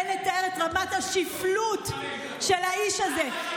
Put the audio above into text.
אין לתאר את רמת השפלות של האיש הזה.